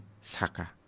Saka